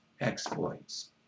Exploits